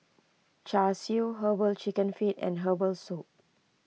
Char Siu Herbal Chicken Feet and Herbal Soup